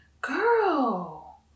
girl